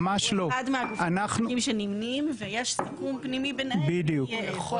הוא אחד מהגופים הירוקים שנמנים ויש סיכום פנימי ביניהם מי יהיה איפה.